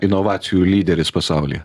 inovacijų lyderis pasaulyje